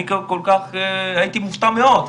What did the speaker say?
אני הייתי מופתע מאוד.